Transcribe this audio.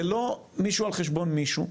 זה לא מישהו על חשבון מישהו,